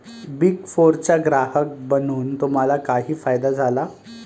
Big फोरचा ग्राहक बनून तुम्हाला काही फायदा झाला?